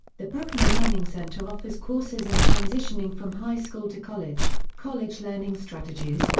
the bruckner learning center offers courses in transitioning from high school to college, college learning strategies,